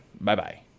bye-bye